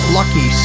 Lucky